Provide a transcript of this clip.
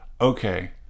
okay